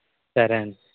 సరేండి